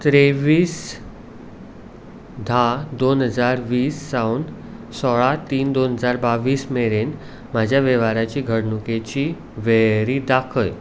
तेव्वीस धा दोन हजार वीस सावन सोळा तीन दोन हजार बावीस मेरेन म्हज्या वेव्हाराची घडणुकेची वळेरी दाखय